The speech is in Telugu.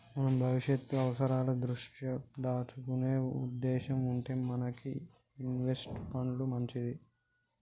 మనం భవిష్యత్తు అవసరాల దృష్ట్యా దాచుకునే ఉద్దేశం ఉంటే మనకి ఇన్వెస్ట్ పండ్లు మంచిది